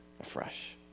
afresh